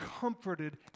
comforted